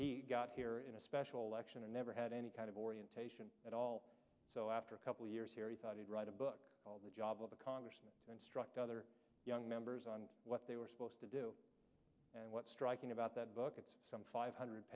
he got here in a special election and never had any kind of orientation at all so after a couple of years here he thought he'd write a book called the job of the congress instruct other young members on what they were supposed to do and what's striking about that book it's five hundred